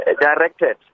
directed